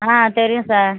ஆ தெரியும் சார்